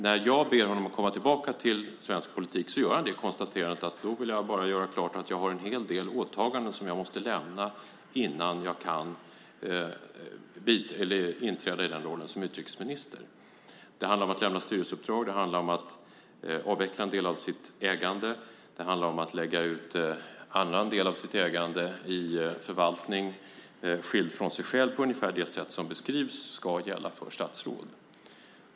När jag bad honom komma tillbaka till svensk politik gjorde han konstaterandet: Då vill jag bara göra klart att jag har en hel del åtaganden som jag måste lämna innan jag kan inträda i rollen som utrikesminister. Det handlar om att lämna styrelseuppdrag, att avveckla en del av sitt ägande och att lägga ut annan del av sitt ägande i förvaltning skild från sig själv på ungefär det sätt som beskrivs ska gälla för statsråd.